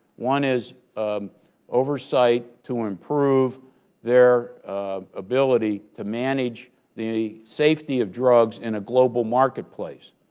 one is oversight to improve their ability to manage the safety of drugs in a global marketplace.